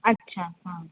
अच्छा हां